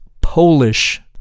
Polish